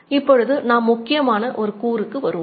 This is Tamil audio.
இப்பொழுது நாம் முக்கியமான ஒரு கூறுக்கு வருவோம்